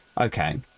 Okay